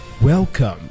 Welcome